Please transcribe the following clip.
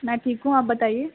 میں ٹھیک ہوں آپ بتائیے